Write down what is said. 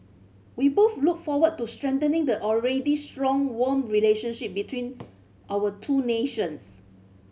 we both look forward to strengthening the already strong warm relationship between our two nations